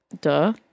Duh